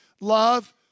love